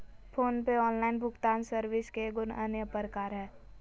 phone पे online भुगतान service के एगो अन्य प्रकार हय